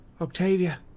octavia